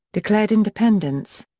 declared independence.